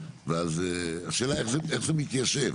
ואז השאלה איך זה איך זה מתיישב,